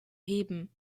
heben